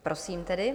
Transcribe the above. Prosím tedy.